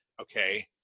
okay